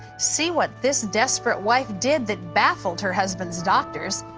see what this desperate wife did that baffled her husband's doctors.